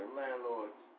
landlords